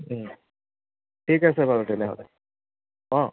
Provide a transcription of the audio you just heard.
ঠিক আছে বাৰু তেনেহ'লে অঁ